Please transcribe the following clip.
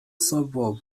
suburb